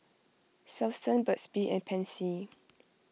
Selsun Burt's Bee and Pansy